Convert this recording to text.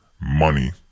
money